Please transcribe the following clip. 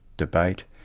debate,